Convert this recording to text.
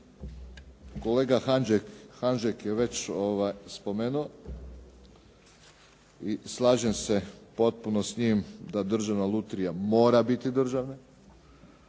kolega Hanžek je već spomenuo i slažem se potpuno sa njim da državna lutrija mora biti državna,